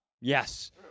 Yes